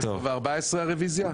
ב-10:14 הרוויזיה?